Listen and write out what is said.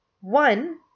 One